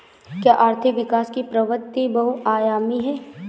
क्या आर्थिक विकास की प्रवृति बहुआयामी है?